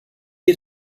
you